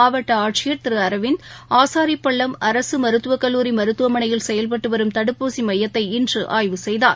மாவட்டஆட்சியர் திரு ம அரவிந்த் ஆளரிபள்ளம் அரசுமருத்துவக்கல்லூரி மருத்துவமனையில் செயல்பட்டுவரும் தடுப்பூசிமையத்தை இன்றுஆய்வு செய்தார்